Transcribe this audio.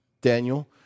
Daniel